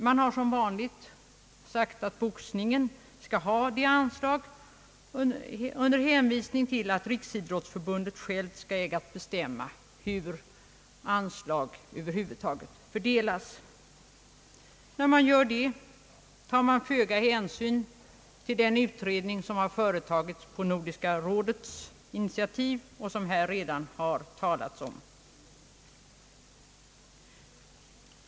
Man har som vanligt sagt att boxningen skall ha ett anslag under hänvisning till att Riksidrottsförbundet självt skall äga att bestämma hur anslag över huvud taget fördelas. Då tar man föga hänsyn till den utredning som har företagits på Nordiska rådets initiativ och som det här redan har talats om.